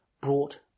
brought